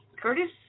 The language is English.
Curtis